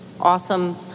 awesome